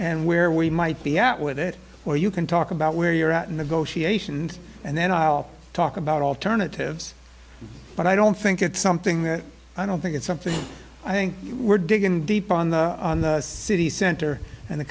and where we might be at with it or you can talk about where you're at in negotiations and then i'll talk about alternatives but i don't think it's something that i don't think it's something i think we're digging deep on the city center and the